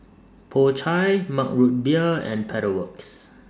Po Chai Mug Root Beer and Pedal Works